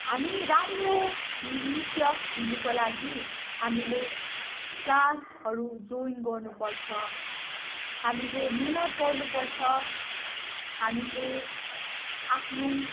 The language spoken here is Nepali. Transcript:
हामी राम्रो नृतक हुनुको लागि हामीले क्लासहरू जोइन गर्नुपर्छ हामीले मिहिनेत गर्नुपर्छ हामीले आफ्नो